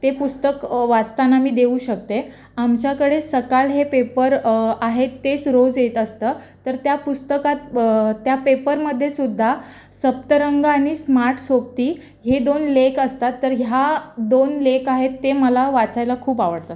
ते पुस्तक वाचताना मी देऊ शकते आमच्याकडे सकाळ हे पेपर आहेत तेच रोज येत असतं तर त्या पुस्तकात त्या पेपरमध्येसुद्धा सप्तरंग आणि स्मार्ट सोबती हे दोन लेक असतात तर ह्या दोन लेक आहेत ते मला वाचायला खूप आवडतं